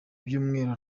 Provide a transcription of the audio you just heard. ibyumweru